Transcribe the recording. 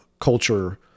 culture